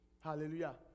Hallelujah